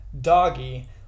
doggy